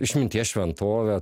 išminties šventovė